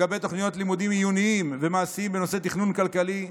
בדבר תוכניות לימודים עיוניים ומעשיים בנושא תכנון כלכלי,